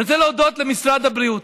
אני רוצה להודות למשרד הבריאות.